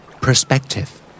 Perspective